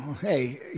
hey